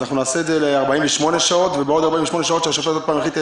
אז אנחנו נעשה את זה ל-48 שעות ובעוד 48 שעות שהשופט יחליט,